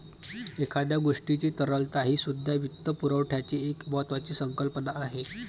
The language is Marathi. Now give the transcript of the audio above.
एखाद्या गोष्टीची तरलता हीसुद्धा वित्तपुरवठ्याची एक महत्त्वाची संकल्पना आहे